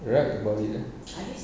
write about it eh